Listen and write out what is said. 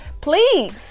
Please